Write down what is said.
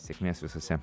sėkmės visuose